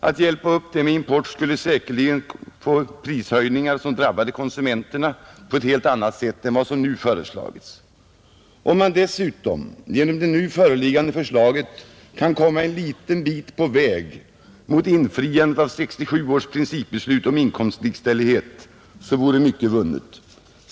Att hjälpa upp det med import skulle säkerligen drabba konsumenterna med prishöjningar av en helt annan storlek än vad som nu är aktuella. Om man dessutom genom det nu föreliggande förslaget kan komma en liten bit på väg mot infriandet av 1967 års principbeslut om inkomstlikställighet, vore mycket vunnet.